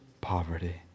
poverty